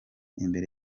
imbere